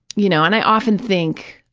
you know, and i often think,